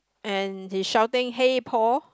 and he shouting hey Paul